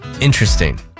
interesting